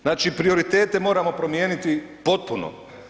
Znači prioritete moramo promijeniti potpuno.